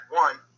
one –